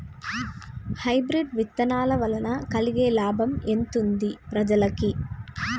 Hybrid విత్తనాల వలన కలిగే లాభం ఎంతుంది ప్రజలకి?